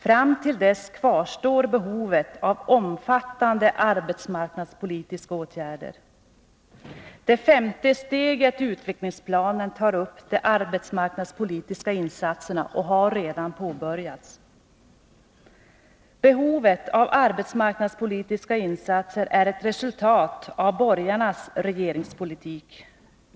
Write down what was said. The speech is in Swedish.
Fram till dess kvarstår behovet av omfattande arbetsmarknadspolitiska åtgärder. Det femte steget i utvecklingsplanen tar upp de arbetsmarknadspolitiska insatserna och har redan påbörjats. Behovet av arbetsmarknadspolitiska insatser är ett resultat av borgarnas regeringspolitik.